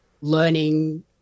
learning